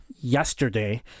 yesterday